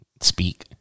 speak